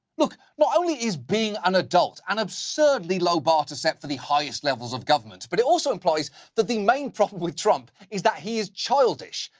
look, not only is being an adult an absurdly low bar to set for the highest levels of government, but it also implies that the main problem with trump is that he is childish.